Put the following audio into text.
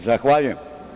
Zahvaljujem.